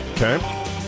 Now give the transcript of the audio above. Okay